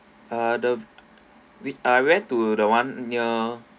ah the wit~ I went to the one near